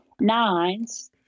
Nines